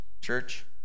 church